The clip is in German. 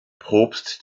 propst